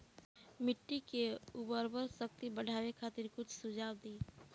मिट्टी के उर्वरा शक्ति बढ़ावे खातिर कुछ सुझाव दी?